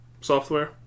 software